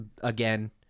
again